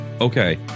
Okay